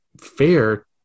fair